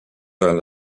öelnud